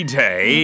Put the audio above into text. day